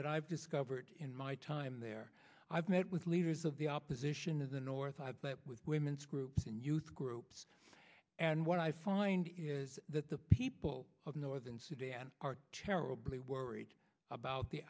that i've discovered in my time there i've met with leaders of the opposition of the north side with women's groups and youth groups and what i find is that the people of northern sudan are terribly worried about the